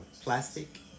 plastic